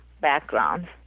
background